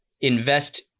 invest